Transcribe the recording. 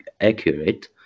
accurate